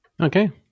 Okay